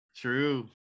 True